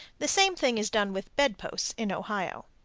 the same thing is done with bed-posts in ohio.